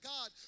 God